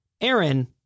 Aaron